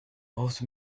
most